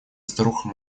старуха